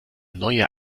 neue